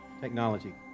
Technology